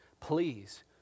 please